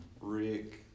Rick